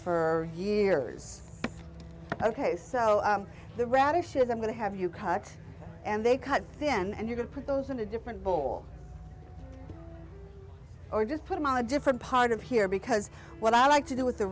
for years ok so the radishes i'm going to have you cut and they cut thin and you can put those in a different bowl or just put them on a different part of here because what i like to do with the